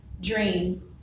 dream